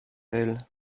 elle